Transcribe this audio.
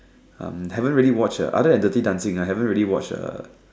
um haven't really watched uh other than dirty-dancing I haven't really watched uh